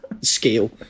scale